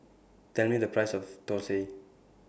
Tell Me The Price of Thosai